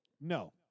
No